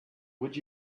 would